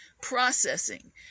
processing